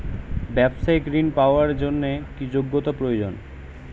ব্যবসায়িক ঋণ পাওয়ার জন্যে কি যোগ্যতা প্রয়োজন?